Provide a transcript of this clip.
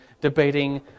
debating